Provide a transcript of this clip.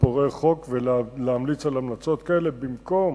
לפורעי חוק ולהמליץ המלצות כאלה במקום